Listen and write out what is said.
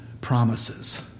promises